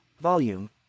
volume